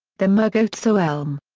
the mergozzo so elm.